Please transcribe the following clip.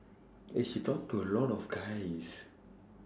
eh she talk to a lot of guys